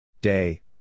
Day